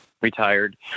Retired